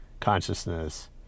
consciousness